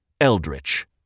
Eldritch